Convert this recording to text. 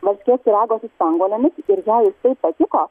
varškės pyrago su spanguolėmis ir jai jisai patiko